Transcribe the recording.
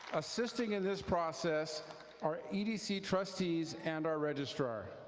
assisting in this process are edc trustees and our registrar.